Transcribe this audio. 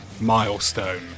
milestone